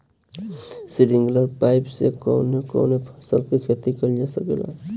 Sprinkler pipe से कवने कवने फसल क खेती कइल जा सकेला?